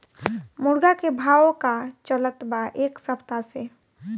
मुर्गा के भाव का चलत बा एक सप्ताह से?